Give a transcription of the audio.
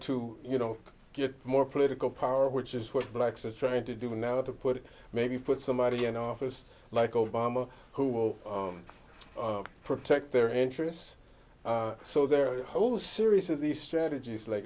to you know get more political power which is what blacks are trying to do now to put maybe put somebody in office like obama who will protect their interests so their whole series of these strategies like